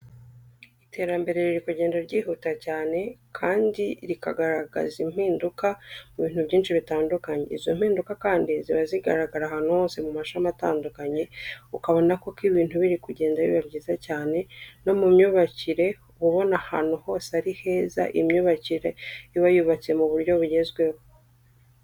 Iterambere riri kugenda ryihuta cyane kandi rikagaragaza impinduka mu bintu byinshi bitandukanye, izo mpinduka kandi ziba zigaragara ahantu hose mu mashami atandukanye ukabona koko ibintu biri kugenda biba byiza cyane, no mu myubakire uba ubona ahantu hose ari heza imyubakire iba yubatse mu buryo bugezweho.